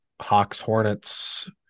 Hawks-Hornets